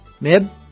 Mib